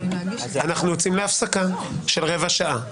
אנחנו יוצאים להפסקה של רבע שעה.